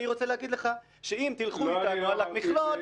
אני רוצה להגיד לך שאם תלכו איתנו על המכלול,